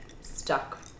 stuck